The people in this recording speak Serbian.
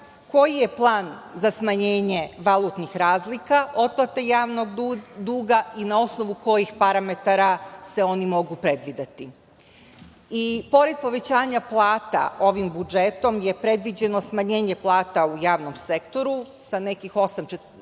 koji je plan za smanjenje valutnih razlika otplate javnog duga i na osnovu kojih parametara se oni mogu predvideti. Pored povećanja plata, ovim budžetom je predviđeno smanjenje plata u javnom sektoru sa nekih 8,45%